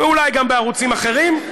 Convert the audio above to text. ואולי גם בערוצים אחרים.